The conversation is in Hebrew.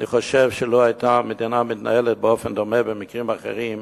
אני חושב שלו התנהלה המדינה באופן דומה במקרים אחרים,